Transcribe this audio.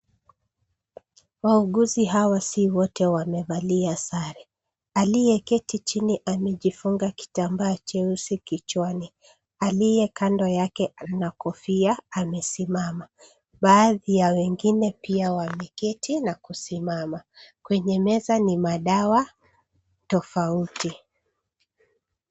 Wauguzi hawa si wote wamevalia sare. Aliyeketi chini amejifunga kitambaa cheusi kichwani. Aliye kando yake ana kofia amesimama. Baadhi ya wengine pia wameketi na kusimama. Kwenye meza ni madawa tofauti.